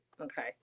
Okay